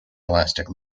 elastic